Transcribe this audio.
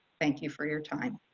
thank you for your time.